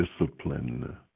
discipline